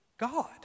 God